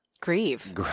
Grieve